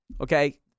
Okay